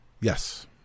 Yes